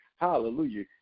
Hallelujah